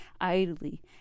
idly